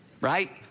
right